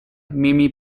mimi